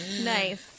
Nice